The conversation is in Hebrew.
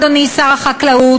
אדוני שר החקלאות,